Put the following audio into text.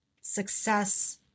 success